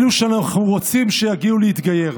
אלה שאנחנו רוצים שיגיעו להתגייר.